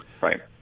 Right